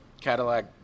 Cadillac